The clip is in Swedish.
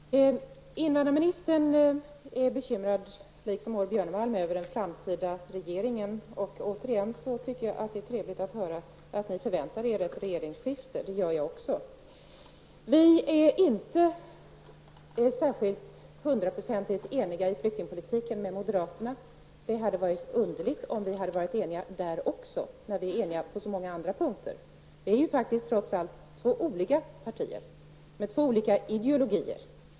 Fru taman! Invandrarministern är bekymrad, liksom Maud Björnemalm, över den framtida regeringen. Jag tycker att det är trevligt att höra att ni förväntar er ett regeringsskifte, det gör jag också. Vi är inte helt hundraprocentigt eniga i flyktingpolitiken med moderaterna. Det vore underligt om vi hade varit eniga även där, men vi är eniga på många andra punkter. Det handlar trots allt om två olika partier med två olika ideologier.